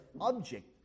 object